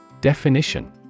Definition